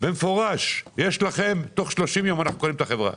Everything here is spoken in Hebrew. במפורש שתוך 30 יום קונים את החברה.